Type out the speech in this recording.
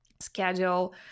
schedule